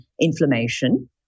inflammation